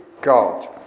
God